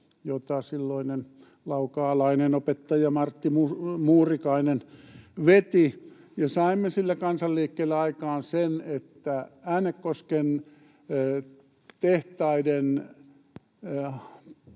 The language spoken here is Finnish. jota silloinen laukaalainen opettaja Martti Muurikainen veti. Saimme sillä kansanliikkeellä aikaan sen, että Äänekosken tehtaiden